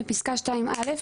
בפסקה (2)(א),